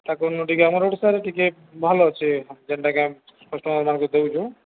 ତାକୁ ଟିକେ ଆମର ଓଡ଼ିଶାରେ ଟିକେ ଭଲ୍ ଅଛି ଯେନ୍ଟାକି ଆମେ କଷ୍ଟମରମାନଙ୍କୁ ଦଉଚୁ